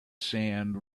sand